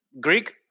Greek